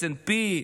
S&P,